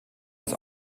als